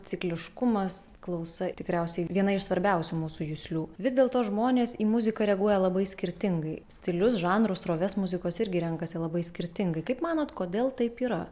cikliškumas klausa tikriausiai viena iš svarbiausių mūsų juslių vis dėlto žmonės į muziką reaguoja labai skirtingai stilius žanrus srovės muzikos irgi renkasi labai skirtingai kaip manot kodėl taip yra